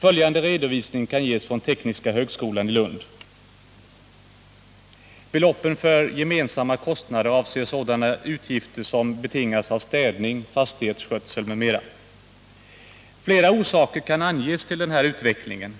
På bildskärmen visas nu en tabell från tekniska högskolan i Lund. Beloppen för gemensamma kostnader avser sådana utgifter som betingas av städning, fastighetsskötsel m.m. Flera orsaker kan anges till denna utveckling.